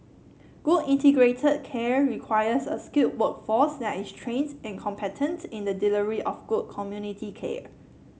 good integrated care requires a skilled workforce that is trains and competent in the delivery of good community care